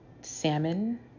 salmon